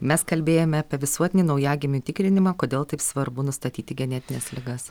mes kalbėjome apie visuotinį naujagimių tikrinimą kodėl taip svarbu nustatyti genėtines ligas